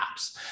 apps